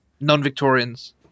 non-Victorians